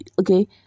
Okay